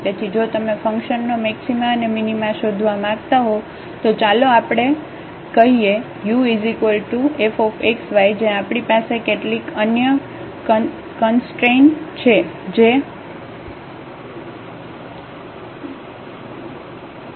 તેથી જો તમે ફંક્શનનો મક્સિમા અને મિનિમા શોધવા માંગતા હો તો ચાલો આપણે કહીએ ufxyજ્યાં આપણી પાસે કેટલીક અન્ય કંસટ્રેન છે કેxy0